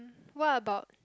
what about